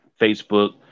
Facebook